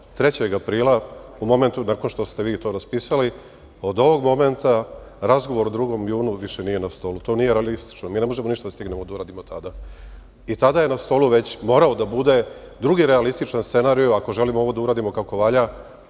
u momentu nakon što ste vi to raspisali, od ovog momenta razgovor o 2. junu više nije na stolu. To nije realistično, mi ne možemo više ništa da stignemo da uradimo do tada. I, tada je na stolu već morao da bude drugi realističan scenario, ako želimo ovo da uradimo kako valja,